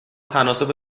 تناسب